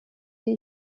die